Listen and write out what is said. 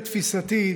לתפיסתי,